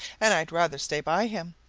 and i'd rather stay by him,